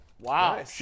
Wow